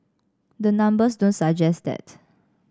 the numbers don't suggest that